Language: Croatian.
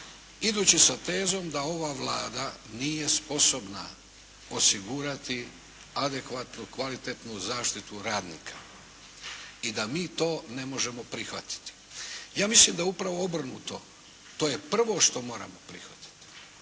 idući sa tezom da ova Vlada nije sposobna osigurati adekvatnu kvalitetnu zaštitu radnika i da mi to ne možemo prihvatiti. Ja mislim da upravo obrnuto. To je prvo što moramo prihvatiti.